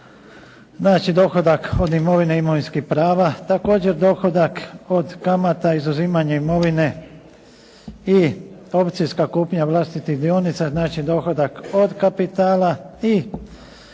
Znači dohodak od imovine i imovinskih prava. Također dohodak od kamata izuzimanja imovine i opcijska kupnja vlastitih dionica. Znači dohodak od kapitala i